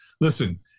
Listen